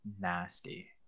nasty